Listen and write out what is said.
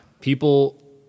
People